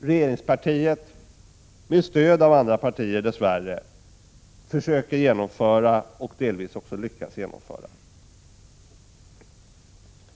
regeringspartiet — dess värre med stöd av andra partier — försöker genomföra och delvis också lyckats genomföra.